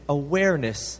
awareness